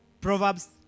Proverbs